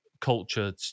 culture